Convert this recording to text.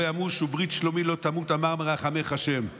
ימוש וברית שלומי לא תמוט אמר מרחמך ה'";